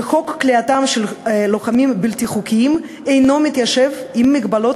חוק כליאתם של לוחמים בלתי חוקיים אינו מתיישב עם מגבלות